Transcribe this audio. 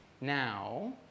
Now